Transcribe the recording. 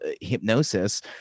hypnosis